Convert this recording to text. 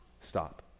Stop